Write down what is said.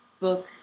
book